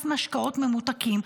מס משקאות ממותקים.